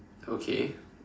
okay